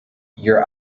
your